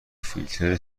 فیلتر